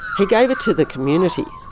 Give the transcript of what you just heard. he gave it to the community.